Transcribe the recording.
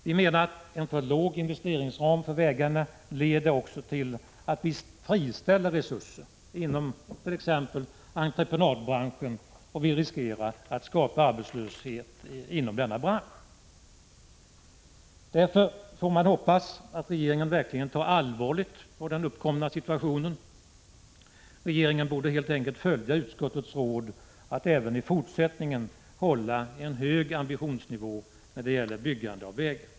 Vi menar att en för låg investeringsram för vägarna också leder till att vi friställer resurser inom t.ex. entreprenadbranschen. Vi riskerar att skapa arbetslöshet inom denna bransch. Därför får man hoppas att regeringen verkligen tar allvarligt på den uppkomna situationen. Regeringen borde helt enkelt följa utskottets råd att även i fortsättningen hålla en hög ambitionsnivå när det gäller byggande av vägar.